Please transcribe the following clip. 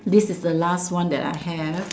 this is the last one that I have